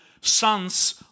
sons